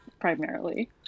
primarily